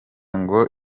ngo